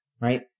right